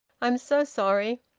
i'm so sorry.